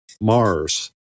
Mars